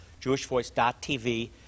jewishvoice.tv